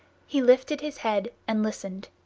he lifted his head and listened.